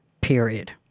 period